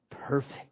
perfect